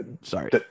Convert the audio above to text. Sorry